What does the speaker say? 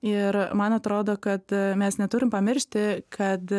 ir man atrodo kad mes neturime pamiršti kad